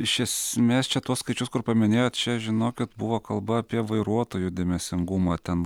iš esmės čia tuos skaičius kur paminėjot čia žinokit buvo kalba apie vairuotojų dėmesingumą ten